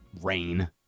rain